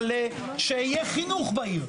אבל שיהיה חינוך בעיר,